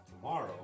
tomorrow